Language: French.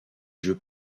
jeu